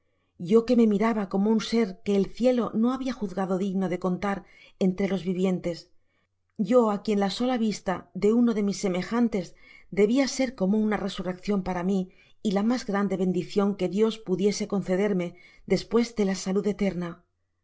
yo que me miraba como un ser qne el cielo no babia juzgado digno de contar entre los vivien'tesj y á quien la sola vista de uno de mis semejantes deijia er como una resurreccion ipara mí y la mas grande bendicion qne dios pudiese concederme despues de ja salud eterna